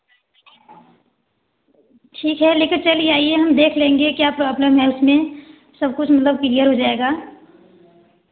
ठीक है ले कर चली आईए हम देख लेंगे क्या प्रोब्लम है इसमें सब कुछ मतलब क्लियर हो जाएगा